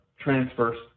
transverse